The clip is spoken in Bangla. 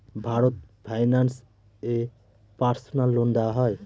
ভারত ফাইন্যান্স এ পার্সোনাল লোন দেওয়া হয়?